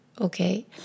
okay